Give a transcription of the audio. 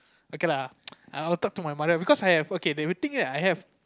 okay lah I would talk to my mother because I have okay they will think that I have